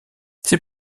ces